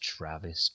Travis